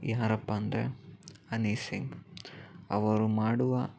ಯಾರಪ್ಪ ಅಂದರೆ ಹನೀ ಸಿಂಗ್ ಅವರು ಮಾಡುವ